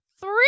Three